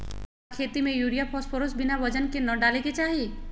का खेती में यूरिया फास्फोरस बिना वजन के न डाले के चाहि?